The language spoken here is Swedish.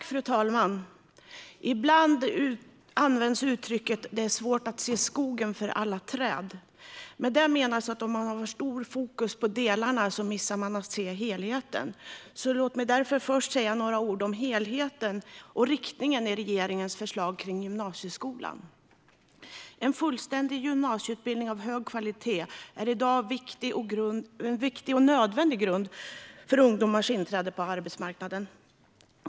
Fru talman! Ibland används uttrycket "det är svårt att se skogen för alla träd". Med det menas att om man har för stort fokus på delarna missar man att se helheten. Låt mig därför först säga några ord om helheten och riktningen i regeringens förslag om gymnasieskolan. En fullständig gymnasieutbildning av hög kvalitet är i dag en viktig och nödvändig grund för ungdomars inträde på arbetsmarknaden.